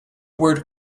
word